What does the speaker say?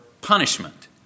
punishment